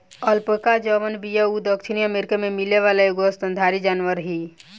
alpaca जवन बिया उ दक्षिणी अमेरिका में मिले वाली एगो स्तनधारी जानवर हिय